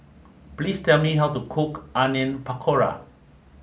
please tell me how to cook Onion Pakora